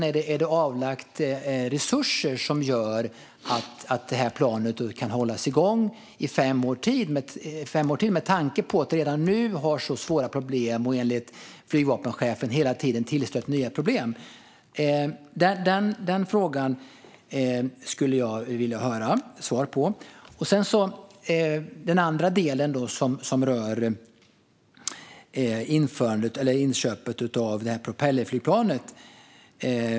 Är det avsatt resurser som gör att planet kan hållas igång i fem år till, med tanke på att det redan nu har så svåra problem och att det enligt flygvapenchefen hela tiden tillstöter nya? Den frågan skulle jag vilja höra ett svar på. Den andra delen rör inköpet av det här propellerflygplanet.